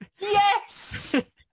Yes